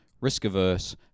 risk-averse